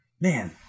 Man